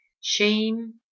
shame